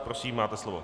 Prosím, máte slovo.